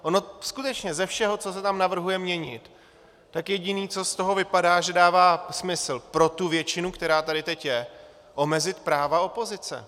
Ono skutečně ze všeho, co se tam navrhuje měnit, jediné, co z toho vypadá, že dává smysl pro tu většinu, která tady teď je omezit práva opozice.